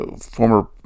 former